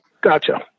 Gotcha